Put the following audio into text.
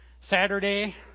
Saturday